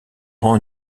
rend